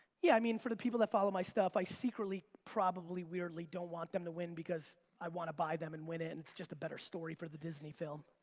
yeah, i mean for the people that follow my stuff i secretly probably weirdly don't want them to win because i want to buy them and win it, and it's just a better story for the disney film.